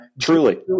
Truly